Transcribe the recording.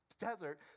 desert